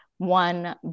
one